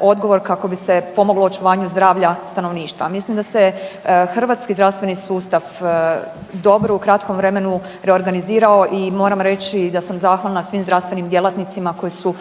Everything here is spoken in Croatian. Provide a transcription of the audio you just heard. odgovor kako bi se pomoglo očuvanja zdravlja stanovništva. Mislim da se hrvatski zdravstveni sustav dobro u kratkom vremenu reorganizirao i moram reći da sam zahvalna svim zdravstvenim djelatnicima koji su